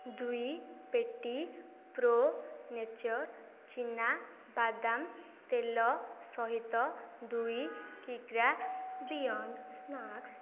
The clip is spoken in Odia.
ଦୁଇ ପେଟି ପ୍ରୋ ନେଚର୍ ଚୀନାବାଦାମ ତେଲ ସହିତ ଦୁଇ କିଗ୍ରା ବିୟଣ୍ଡ ସ୍ନାକ୍ସ୍